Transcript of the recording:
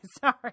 sorry